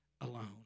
alone